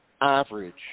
average